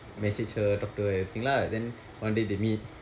message her talk to her everything lah then one day they meet